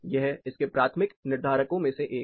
यह इसके प्राथमिक निर्धारकों में से एक है